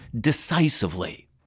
decisively